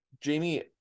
jamie